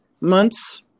months